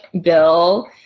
Bill